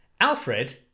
Alfred